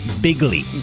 bigly